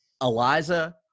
Eliza